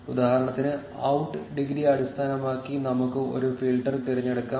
ഉദാഹരണത്തിന് out degree അടിസ്ഥാനമാക്കി നമുക്ക് ഒരു ഫിൽട്ടർ തിരഞ്ഞെടുക്കാം